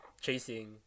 chasing